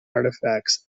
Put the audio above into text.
artifacts